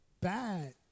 bad